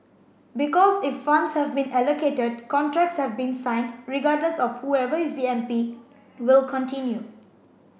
because if funds have been allocated contracts have been signed regardless of whoever is the M P will continue